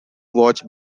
watch